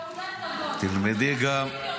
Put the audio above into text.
תעודת כבוד.